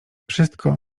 wszystko